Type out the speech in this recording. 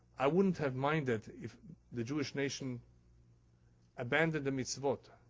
i wouldn't have minded if the jewish nation abandoned the mitzvot.